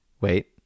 Wait